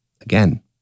again